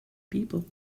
people